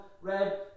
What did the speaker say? red